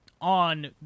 on